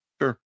sure